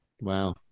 Wow